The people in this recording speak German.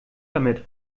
damit